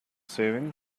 saving